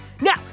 Now